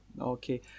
Okay